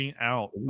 out